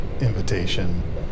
invitation